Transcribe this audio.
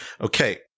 Okay